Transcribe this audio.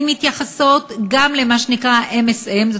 והן מתייחסות גם למה שנקרא MSM,